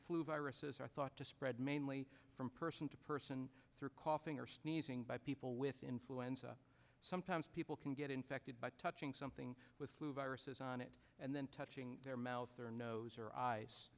flu viruses are thought to spread mainly from person to person through coughing or sneezing by people with influenza sometimes people can get infected by touching something with flu viruses on it and then touching their mouth or nose or eyes